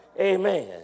Amen